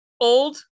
old